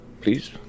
please